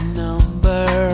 number